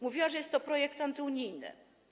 Mówiła, że jest to projekt antyunijny.